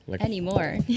anymore